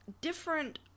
different